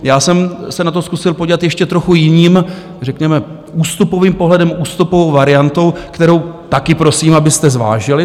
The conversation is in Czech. Já jsem se na to zkusil podívat ještě trochu jiným, řekněme ústupovým pohledem, ústupovou variantou, kterou taky prosím, abyste zvážili.